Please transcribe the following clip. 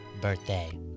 birthday